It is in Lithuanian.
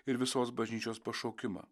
ir visos bažnyčios pašaukimą